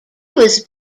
was